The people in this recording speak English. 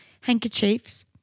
handkerchiefs